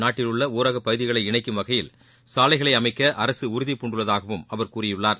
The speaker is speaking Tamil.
நாட்டில் உள்ள ஊரக பகுதிகளை இணைக்கும் வகையில் சாலைகளை அமைக்க அரசு உறுதிபூண்டுள்ளதாகவும் அவர் கூறியுள்ளார்